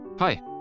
Hi